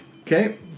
Okay